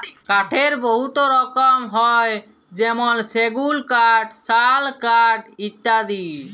কাঠের বহুত রকম হ্যয় যেমল সেগুল কাঠ, শাল কাঠ ইত্যাদি